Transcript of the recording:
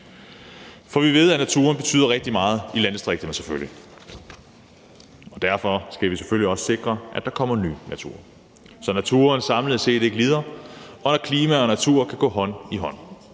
For vi ved, at naturen betyder rigtig meget i landdistrikterne, og derfor skal vi selvfølgelig også sikre, at der kommer ny natur, så naturen samlet set ikke lider, og at hensynet til klima og natur kan gå hånd i hånd.